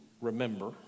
remember